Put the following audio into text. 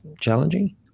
challenging